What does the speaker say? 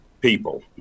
people